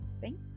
Thanks